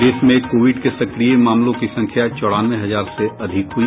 प्रदेश में कोविड के सक्रिय मामलों की संख्या चौरानवे हजार से अधिक हुई